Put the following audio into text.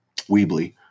Weebly